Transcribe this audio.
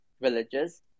villages